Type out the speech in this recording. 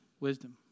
wisdom